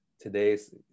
today's